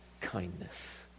kindness